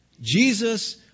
Jesus